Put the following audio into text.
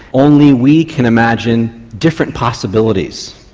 only we can imagine different possibilities.